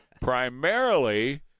primarily